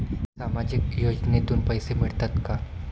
सामाजिक योजनेतून पैसे मिळतात का?